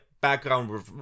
background